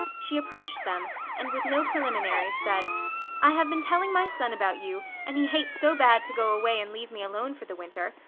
she approached them and with no preliminaries said i have been telling my son about you an' he hates so bad to go away and leave me alone for the winter,